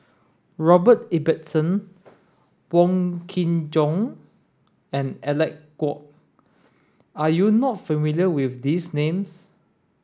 Robert Ibbetson Wong Kin Jong and Alec Kuok are you not familiar with these names